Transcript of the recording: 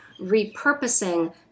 repurposing